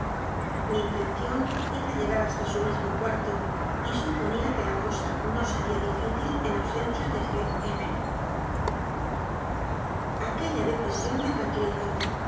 mi intención era llegar hasta su mismo cuarto y su ponía que la cosa no sería difícil en ausencia de q y aquella decisión me tranquilizó